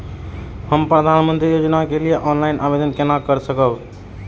हम प्रधानमंत्री योजना के लिए ऑनलाइन आवेदन केना कर सकब?